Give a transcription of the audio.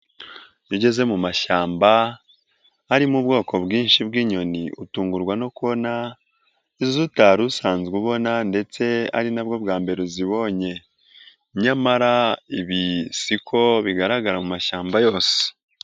Ugeze mu mashyamba arimo ubwoko bwinshi bw'inyoni utungurwa no kubona, iz'utari usanzwe ubona ndetse ari nabwo bwa mbere uzibonye, nyamara ibi siko bigaragara mu mashyamba yose.